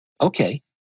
okay